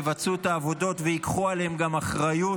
יבצעו את העבודות וייקחו עליהם גם אחריות.